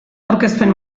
aurkezpen